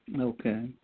Okay